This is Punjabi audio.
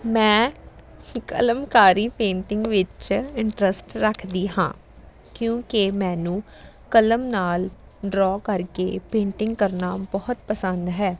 ਮੈਂ ਕਲਮਕਾਰੀ ਪੇਂਟਿੰਗ ਵਿੱਚ ਇੰਟਰਸਟ ਰੱਖਦੀ ਹਾਂ ਕਿਉਂਕਿ ਮੈਨੂੰ ਕਲਮ ਨਾਲ ਡਰੋ ਕਰਕੇ ਪੇਂਟਿੰਗ ਕਰਨਾ ਬਹੁਤ ਪਸੰਦ ਹੈ